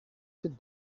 sit